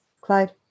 Clyde